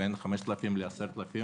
בין 5,000 ל-10,000,